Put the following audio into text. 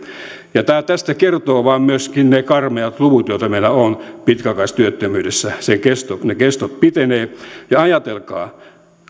ja tästä kertovat myöskin ne karmeat luvut joita meillä on pitkäaikaistyöttömyydessä ne kestot pitenevät ja ajatelkaa